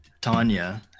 Tanya